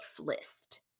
list